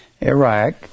Iraq